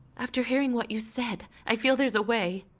after hearing what you said, i feel there's a way.